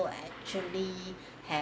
actually ha~